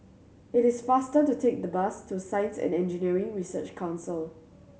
it is faster to take the bus to Science and Engineering Research Council